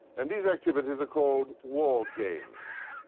and these activities are called war games.